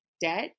debt